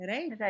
Right